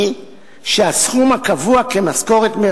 החוק, טיוטת הצעת החוק הופצה בשער בת